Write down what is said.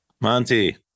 Monty